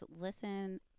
listen